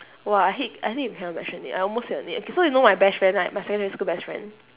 !wah! I hate I hate that I cannot mention name I almost said her name okay so you know my best friend right my secondary school best friend